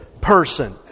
person